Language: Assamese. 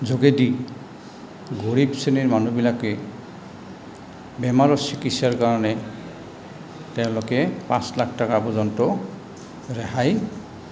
যোগেদি গৰীব শ্ৰেণীৰ মানুহবিলাকে বেমাৰৰ চিকিৎসাৰ কাৰণে তেওঁলোকে পাঁচ লাখ টকা পৰ্যন্ত ৰেহাই